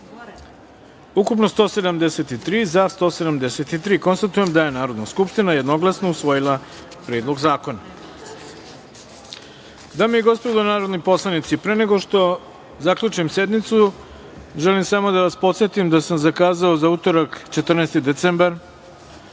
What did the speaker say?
ukupno – 173, za – 173.Konstatujem da je Narodna skupština jednoglasno usvojila Predlog zakona. Dame i gospodo narodni poslanici, pre nego što zaključim sednicu, želim samo da vas podsetim da sam zakazao za utorak, 14. decembar